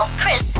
chris